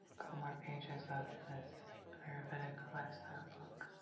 couple more pages of this ayurvedic lifestyle book.